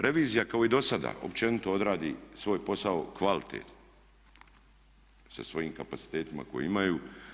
Revizija kao i do sada općenito odradi svoj posao kvalitetno sa svojim kapacitetima koje imaju.